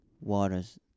Waters